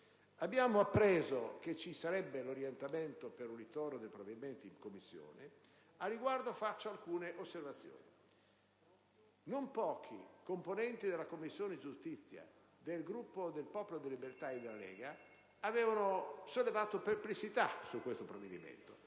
Abbiamo ora appreso che ci sarebbe l'orientamento di far ritornare il provvedimento in Commissione. Al riguardo, faccio alcune osservazioni. Non pochi componenti della Commissione giustizia dei Gruppi del Popolo della Libertà e della Lega avevano sollevato perplessità sul provvedimento